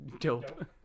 dope